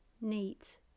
neat